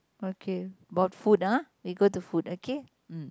okay about food ah we go to food okay mm